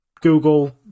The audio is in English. Google